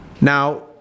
Now